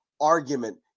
argument